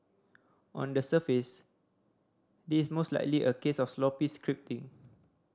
on the surface this most likely a case of sloppy scripting